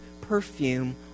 perfume